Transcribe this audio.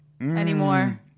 anymore